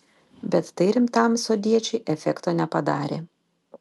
bet tai rimtam sodiečiui efekto nepadarė